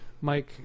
Mike